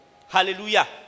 Hallelujah